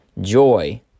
joy